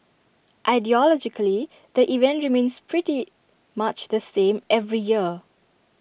ideologically the event remains pretty much the same every year